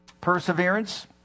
perseverance